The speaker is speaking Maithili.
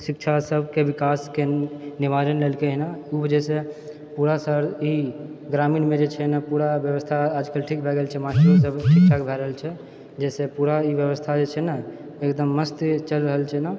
शिक्षा सभके विकासके निवारण लेलकै हँ ओ वजहसँ पूरा शहर ई ग्रामीणमे जे छै ने पूरा व्यवस्था आजकल ठीक भए गेल छै मास्टरो सभके ठीक ठाक भए रहल छै जाहिसँ पूरा ई व्यवस्था छै एकदम मस्त चलि रहल छै ने